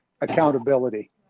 accountability